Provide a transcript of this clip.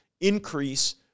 increase